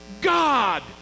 God